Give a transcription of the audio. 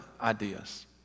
ideas